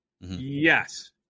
Yes